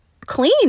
clean